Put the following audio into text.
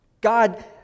God